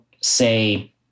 say